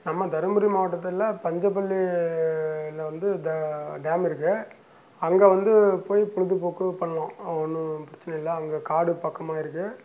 நம்ம தருமபுரி மாவட்டத்துலில் பஞ்சப்பள்ளியில் வந்து த டேம் இருக்குது அங்கே வந்து போய் பொழுதுபோக்கு பண்ணலாம் ஒன்றும் பிரச்சின இல்லை அங்கே காடு பக்கமாக இருக்குது